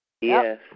Yes